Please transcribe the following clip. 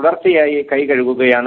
തുടർച്ചയായി കൈകഴുകുകയാണ്